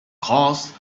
caused